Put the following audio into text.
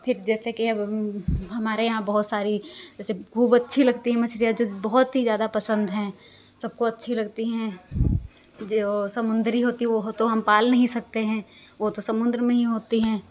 फिर जैसे कि अब हमारे यहाँ बहुत सारी खूब अच्छी लगती हैं मछलियां जो बहुत ही ज़्यादा पसंद हैं सबको अच्छी लगती हैं जो वो समुद्री होती हैं वो हो तो हम पाल नहीं सकते हैं वो तो समुद्र में ही होती हैं